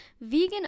vegan